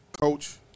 coach